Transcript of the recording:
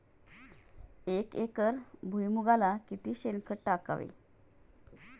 एक एकर भुईमुगाला किती शेणखत टाकावे?